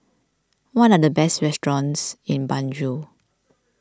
what are the best restaurants in Banjul